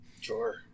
sure